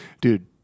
Dude